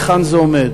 היכן זה עומד.